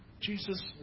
Jesus